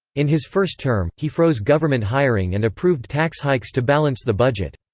in his first term, he froze government hiring and approved tax hikes to balance the budget.